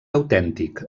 autèntic